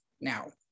now